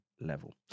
level